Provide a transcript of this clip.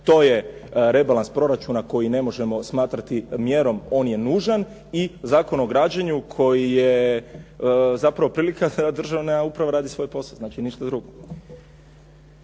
To je rebalans proračuna koji ne možemo smatrati mjerom, on je nužan i Zakon o građenju koji je zapravo prilika da državna uprava radi svoj posao, znači ništa drugo.